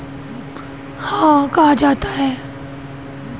agroforestry को हिंदी मे कृषि वानिकी कहा जाता है